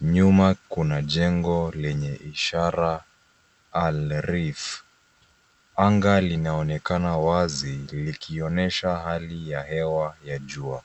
Nyuma kuna jengo lenye ishara Al Reef. Anga linaonekana wazi likionyesha hali ya hewa ya jua.